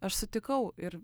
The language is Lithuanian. aš sutikau ir